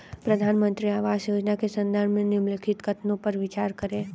प्रधानमंत्री आवास योजना के संदर्भ में निम्नलिखित कथनों पर विचार करें?